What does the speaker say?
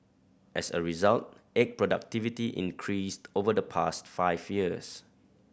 as a result egg productivity increased over the past five years